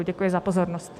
Děkuji za pozornost.